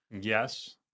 Yes